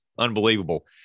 Unbelievable